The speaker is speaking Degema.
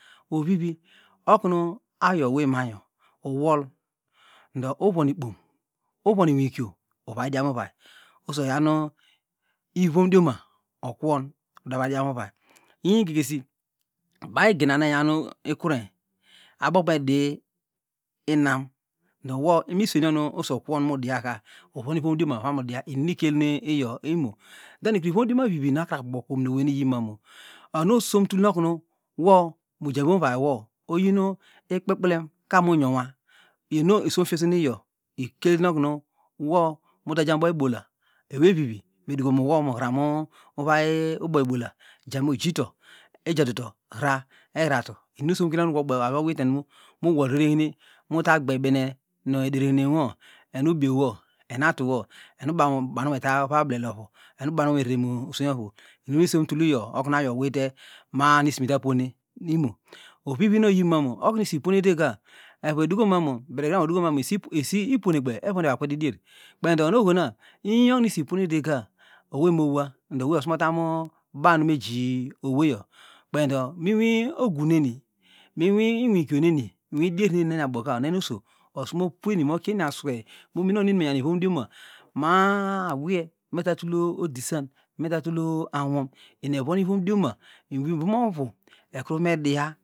Ovivi okunu awiye manyi uwol ndo uvon ikpom uvon inwiko uvay dianway oso oyawnu ivomdioma okwon uda vadiamuvay ingegesi baw egina enyanu ikurein abo kunu edi inma ado wo imisenio nu oso okwon mudiaka invon ivomdioma ivomdioma inumikel nu iyo imo den kuru ivomdioma vivi nu okrabo boke omin owey nu iyimoni onu osom tutno kumu no mujamuvon vaywo oyin ikpe kpemka munyonwa ino somfiekinen iyo ikulo kunu no mu taja boibola ewey vivi meduko nu mu hramu inway uboibola jar mujilo ejatuto ira ehratu inusimfien okum awiye owite nu muwol rerehine mutagbey bene nu ederehinewo enubiewo enatuno enubiewo enatuno enubiewo enatuno vay oblele ovu enubanwo meremu uswey ovu inimui somtul iyo okunu awiye owite ma- a nu isimitap nene imo ovivi numan okunu isi puene taka eru edinkoma bedigrom odukomani isi puene kpey evondoyi evakkwete idier kpeido onuohona in okunu isi pueneteka owey mowa ndo owey osmu otamu banu meji oweyo kpey ndo minwi oguneni minwi nwikioneni nwidierna eniaboka onany oso osumu pueni mokieni aswey momene okunu wnimenyani vomdioma ma- a awiye metatul odisom metatul anwun enievon ivomdioma nu ivom ovu ekru vemedra.